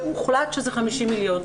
שהוחלט שזה 50 מיליון.